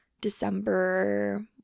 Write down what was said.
December